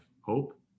hope